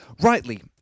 Rightly